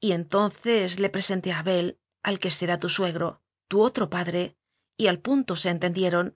y enton ces le presenté a abel al que será tu suegro tu otro padre y al punto se entendieron